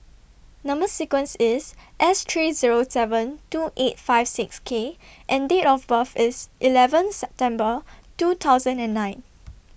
Number sequence IS S three Zero seven two eight five six K and Date of birth IS eleven September two thousand and nine